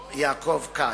כץ,